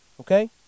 Okay